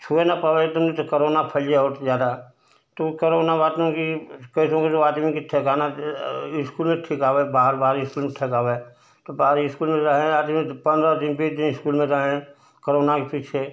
छुए ना पाये एकदम नहीं तो करोना फैल जाए और ज़्यादा तो करोना बाद में कि कैसों कैसों आदमी के ठिकाना इस्कूल में ठिकावे बाहर बार इसमें ठेकावे तो बाहर इस्कूल में रहें आदमी तो पंद्रह दिन पर जे इस्कूल में रहें करोना के पीछे